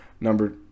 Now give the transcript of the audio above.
number